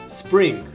spring